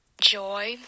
Joy